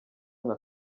nka